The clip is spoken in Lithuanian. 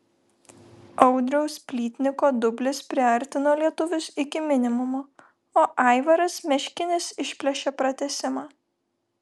audriaus plytniko dublis priartino lietuvius iki minimumo o aivaras meškinis išplėšė pratęsimą